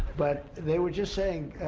but they were just saying,